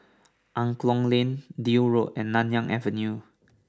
Angklong Lane Deal Road and Nanyang Avenue